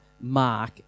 Mark